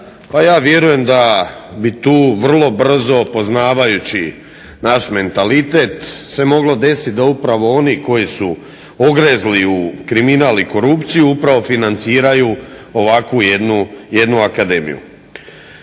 pa ja vjerujem da bi tu vrlo brzo poznavajući naš mentalitet se moglo desiti da upravo oni koji su ogrezli u kriminal i korupciju upravo financiraju ovakvu jednu akademiju.